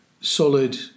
solid